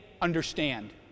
understand